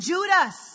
Judas